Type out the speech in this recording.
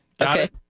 okay